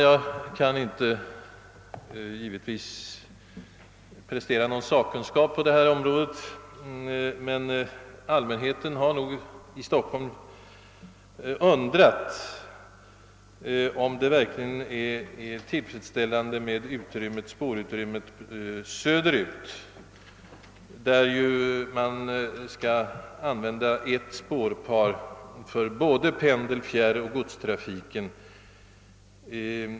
Jag besitter givetvis inte någon sakkunskap på järnvägstrafikens område, men jag vill påpeka att allmänheten i Stockholm nog har undrat om spårutrymmet söderut verkligen är tillräckligt för den beslutade pendeltrafiken. Man skall ju där använda ett enda spårpar för både pendel-, fjärroch godstrafiken.